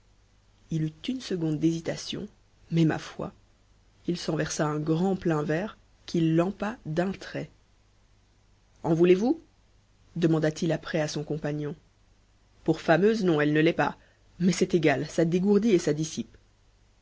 il eut une seconde d'hésitation mais ma foi il s'en versa un grand plein verre qu'il lampa d'un trait en voulez-vous demanda-t-il après à son compagnon pour fameuse non elle ne l'est pas mais c'est égal ça dégourdit et ça dissipe